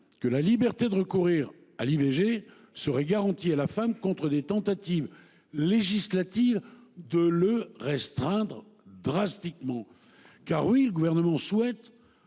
que la liberté de recourir à l’IVG serait garantie à la femme contre des tentatives législatives de la restreindre drastiquement. Car, oui, le Gouvernement souhaite,